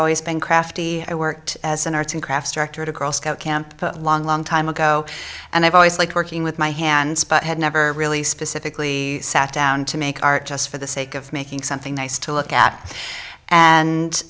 always been crafty i worked as an arts and crafts director at a girl scout camp a long long time ago and i've always liked working with my hands but had never really specifically sat down to make art just for the sake of making something nice to look at and